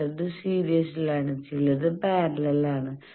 ചിലത് സീരിസിലാണ് ചിലത് പാരലൽ ആണ്